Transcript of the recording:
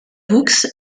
books